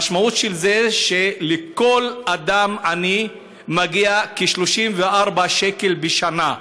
המשמעות של זה היא שלכל אדם עני מגיעים כ-34 שקל בשנה,